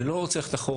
ולא רוצה ללכת אחורה,